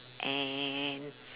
and